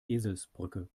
eselsbrücke